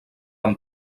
amb